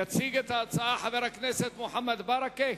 יציג את ההצעה חבר הכנסת מוחמד ברכה.